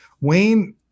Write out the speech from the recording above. Wayne